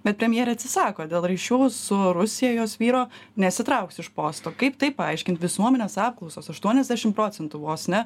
bet premjerė atsisako dėl ryšių su rusija jos vyro nesitrauks iš posto kaip tai paaiškint visuomenės apklausos aštuoniasdešim procentų vos ne